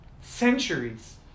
centuries